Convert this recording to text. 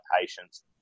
patients